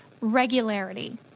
regularity